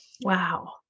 wow